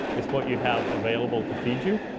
it's what you have available to feed you.